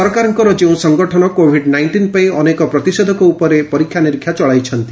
ସରକାରଙ୍କର ଯେଉଁ ସଂଗଠନ କୋଭିଡ୍ ନାଇଷ୍ଟିନ୍ ପାଇଁ ଅନେକ ପ୍ରତିଷେଧକ ଉପରେ ପରୀକ୍ଷା ନିରୀକ୍ଷା ଚଳାଇଛନ୍ତି